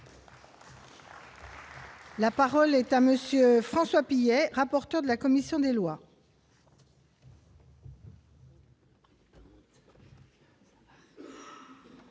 La parole est à monsieur François Pillet, rapporteur de la commission des lois.